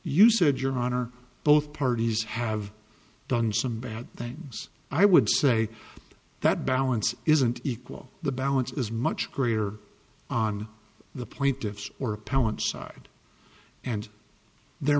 you said your honor both parties have done some bad things i would say that balance isn't equal the balance is much greater on the plaintiffs or appellant side and their